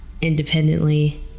independently